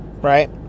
Right